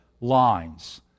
lines